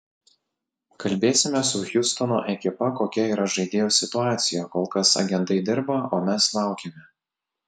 kalbėsime su hjustono ekipa kokia yra žaidėjo situacija kol kas agentai dirba o mes laukiame